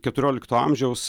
keturiolikto amžiaus